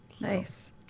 Nice